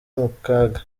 mukaga